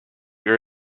your